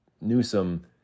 Newsom